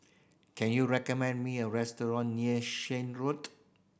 can you recommend me a restaurant near Shan Road